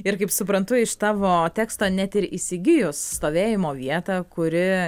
ir kaip suprantu iš tavo teksto net ir įsigijus stovėjimo vietą kuri